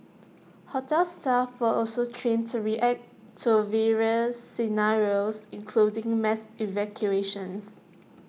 hotel staff were also trained to react to various scenarios including mass evacuations